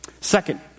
Second